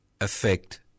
affect